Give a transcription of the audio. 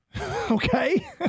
okay